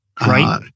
Right